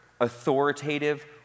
authoritative